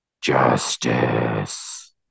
justice